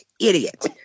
Idiot